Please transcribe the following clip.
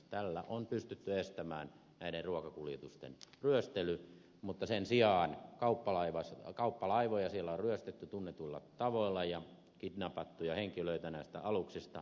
tällä on pystytty estämään näiden ruokakuljetusten ryöstely mutta sen sijaan kauppalaivoja siellä on ryöstetty tunnetuilla tavoilla ja kidnapattu henkilöitä näistä aluksista